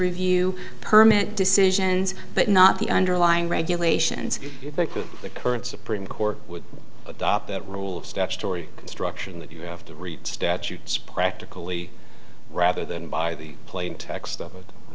review permanent decisions but not the underlying regulations because the current supreme court would adopt that rule of statutory construction that you have to read statutes practically rather than by the plain text